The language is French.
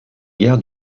gares